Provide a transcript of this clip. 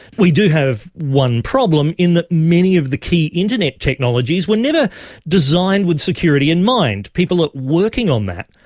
we do have one problem in that many of the key internet technologies were never designed with security in mind. people are working on that.